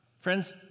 Friends